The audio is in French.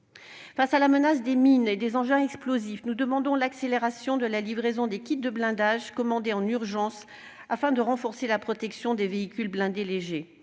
Face à la menace des mines et des engins explosifs, nous demandons l'accélération de la livraison des kits de blindage commandés en urgence, afin de renforcer la protection des véhicules blindés légers.